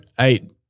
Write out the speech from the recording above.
eight